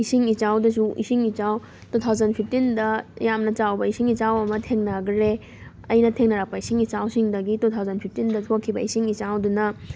ꯏꯁꯤꯡ ꯏꯆꯥꯎꯗꯁꯨ ꯏꯁꯤꯡ ꯏꯆꯥꯎ ꯇꯨ ꯊꯥꯎꯖꯟ ꯐꯤꯐꯇꯤꯟꯗ ꯌꯥꯝꯅ ꯆꯥꯎꯕ ꯏꯁꯤꯡ ꯏꯆꯥꯎ ꯑꯃ ꯊꯦꯡꯅꯈ꯭ꯔꯦ ꯑꯩꯅ ꯊꯦꯡꯅꯔꯛꯄ ꯏꯁꯤꯡ ꯏꯆꯥꯎꯁꯤꯡꯗꯒꯤ ꯇꯨ ꯊꯥꯎꯖꯟ ꯐꯤꯐꯇꯤꯟꯗ ꯊꯣꯛꯈꯤꯕ ꯏꯁꯤꯡ ꯏꯆꯥꯎꯗꯨꯅ